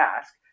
ask